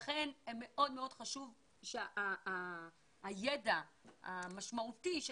לכן מאוד-מאוד חשוב שהידע המשמעותי של